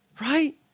right